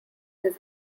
his